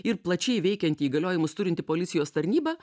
ir plačiai veikianti įgaliojimus turinti policijos tarnyba